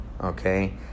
okay